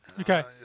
Okay